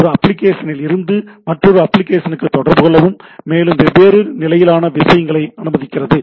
ஒரு அப்ளிகேஷனில் இருந்து மற்றொரு அப்ளிகேஷனுக்கு தொடர்புகொள்ளவும் மேலும் வெவ்வேறு நிலையிலான விஷயங்களையும் அனுமதிக்கிறது